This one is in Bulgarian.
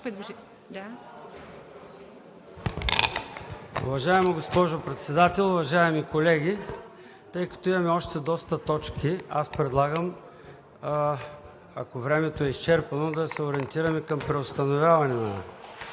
Уважаема госпожо Председател, уважаеми колеги! Тъй като имаме още доста точки, аз предлагам, ако времето е изчерпано, да се ориентираме към преустановяване на